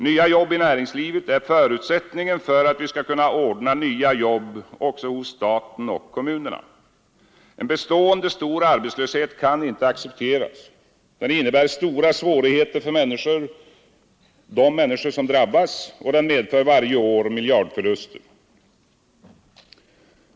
Nya jobb i näringslivet är förutsättningen för att vi skall kunna ordna nya jobb också hos staten och kommunerna. En bestående stor arbetslöshet kan inte accepteras. Den innebär stora svårigheter för de människor som drabbas, och den medför varje år miljardförluster.